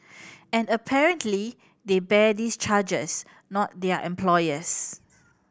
and apparently they bear these charges not their employers